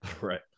Right